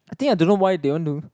I think I don't know why they want to